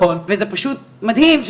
וזה פשוט מדהים,